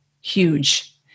huge